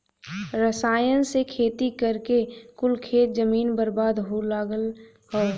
रसायन से खेती करके कुल खेत जमीन बर्बाद हो लगल हौ